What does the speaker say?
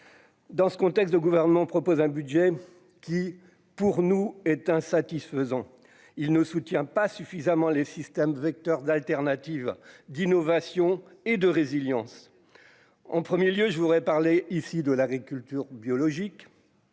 Dans ce contexte de gouvernement propose un budget qui pour nous est insatisfaisant, il ne soutient pas suffisamment les systèmes vecteurs d'alternative d'innovation et de résilience en 1er lieu je voudrais parler ici de l'agriculture biologique.